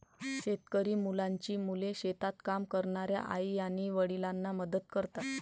शेतकरी मुलांची मुले शेतात काम करणाऱ्या आई आणि वडिलांना मदत करतात